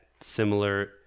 similar